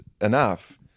enough